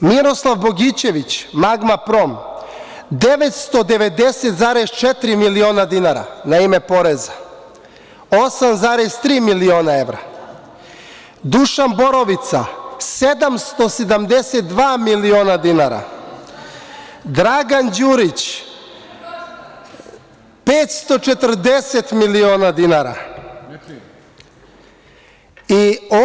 Miroslav Bogićević „Magma prom“ 990,4 miliona dinara na ime poreza, 8,3 miliona evra, Dušan Borovica 772 miliona dinara, Dragan Đurić 540 miliona dinara i još mnogi drugi.